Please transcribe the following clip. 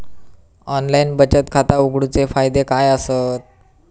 Online बचत खाता उघडूचे फायदे काय आसत?